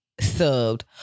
subbed